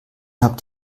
habt